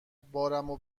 بارمو